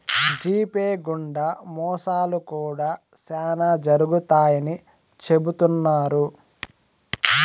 GPay గుండా మోసాలు కూడా శ్యానా జరుగుతాయని చెబుతున్నారు